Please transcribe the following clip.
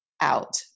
out